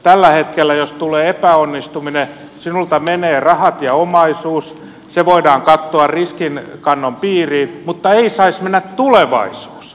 tällä hetkellä jos tulee epäonnistuminen sinulta menee rahat ja omaisuus se voidaan katsoa riskinkannon piiriin mutta ei saisi mennä tulevaisuus